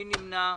מי נמנע?